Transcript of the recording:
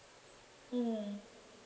mm